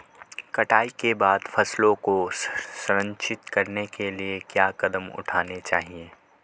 कटाई के बाद फसलों को संरक्षित करने के लिए क्या कदम उठाने चाहिए?